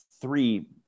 three